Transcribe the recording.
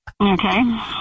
Okay